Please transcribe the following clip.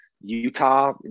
Utah